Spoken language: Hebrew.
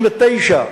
שתחזור למים.